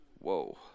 Whoa